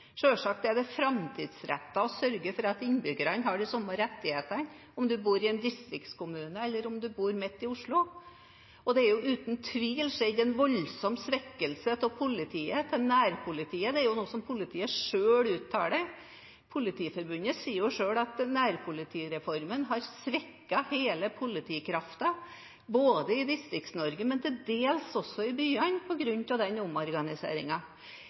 er det framtidsrettet å sørge for at innbyggerne har de samme rettighetene, om en bor i en distriktskommune eller om en bor midt i Oslo. Det har uten tvil skjedd en voldsom svekkelse av politiet til nærpolitiet. Det er jo noe som politiet selv uttaler. Politiforbundet sier selv at nærpolitireformen har svekket hele politikraften i Distrikts-Norge, og til dels også i byene på grunn av den